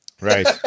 Right